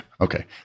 okay